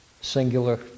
singular